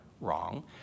wrong